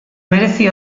merezi